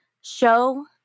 show